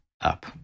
up